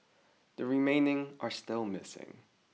the remaining are still missing